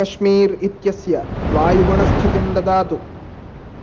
काश्मीर इत्यस्य वायुगुणस्थितिं ददातु